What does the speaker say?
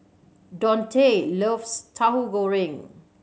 Dontae loves Tauhu Goreng